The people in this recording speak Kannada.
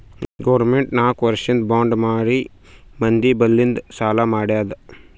ಗೌರ್ಮೆಂಟ್ ನಾಕ್ ವರ್ಷಿಂದ್ ಬಾಂಡ್ ಮಾರಿ ಮಂದಿ ಬಲ್ಲಿಂದ್ ಸಾಲಾ ಮಾಡ್ಯಾದ್